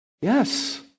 Yes